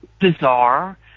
bizarre